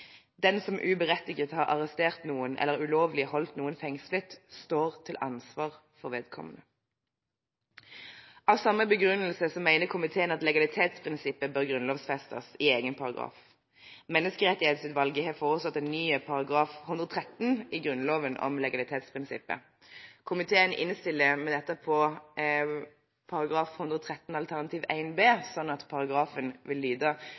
som uberettiget har arrestert noen eller ulovlig holdt noen fengslet, står til ansvar for vedkommende.» Av samme begrunnelse mener komiteen at legalitetsprinsippet bør grunnlovfestes i egen paragraf. Menneskerettighetsutvalget har foreslått en ny § 113 i Grunnloven om legalitetsprinsippet. Komiteen innstiller med dette på forslaget til § 113 alternativ 1 B, slik at paragrafen vil lyde: